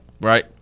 Right